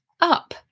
up